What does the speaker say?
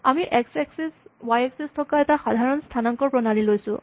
আমি X axis Y axis থকা এটা সাধাৰণ স্হানাংক প্ৰণালী লৈছোঁ